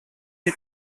die